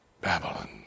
Babylon